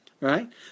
Right